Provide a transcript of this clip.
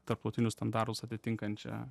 tarptautinius standartus atitinkančią